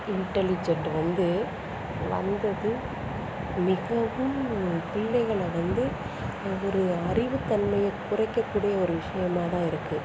intelligent வந்து வந்தது மிகவும் பிள்ளைகளை வந்து அது ஒரு அறிவு தன்மையை குறைக்கக்கூடிய ஒரு விஷயமாக தான் இருக்குது